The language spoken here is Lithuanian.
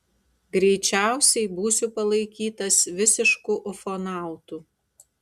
greičiausiai būsiu palaikytas visišku ufonautu